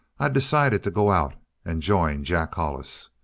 i decided to go out and join jack hollis.